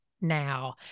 now